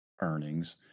earnings